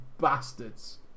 bastards